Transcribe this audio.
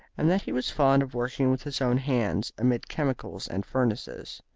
and that he was fond of working with his own hands amid chemicals and furnaces.